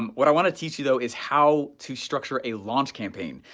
um what i wanna teach you though, is how to structure a launch campaign,